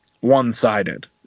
one-sided